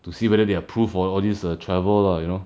to see whether they have proof for all these err travel lah you know